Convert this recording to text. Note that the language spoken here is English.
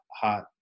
hot